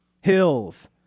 hills